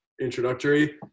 introductory